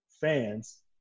fans